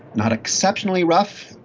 not exceptionally rough,